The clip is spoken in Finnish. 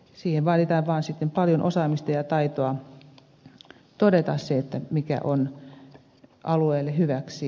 siihen vaaditaan vaan sitten paljon osaamista ja taitoa todeta se mikä on alueelle hyväksi